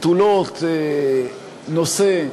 נטולות נושא,